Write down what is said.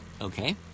Okay